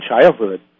childhood